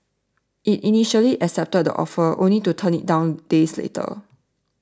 it initially accepted the offer only to turn it down days later